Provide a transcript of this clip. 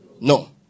No